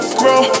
grow